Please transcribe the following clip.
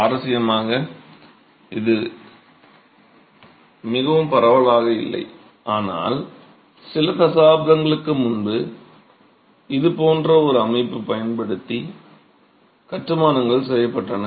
சுவாரஸ்யமாக இது மிகவும் பரவலாக இல்லை ஆனால் சில தசாப்தங்களுக்கு முன்பு இது போன்ற ஒரு அமைப்பைப் பயன்படுத்தி கட்டுமானங்கள் செய்யப்பட்டன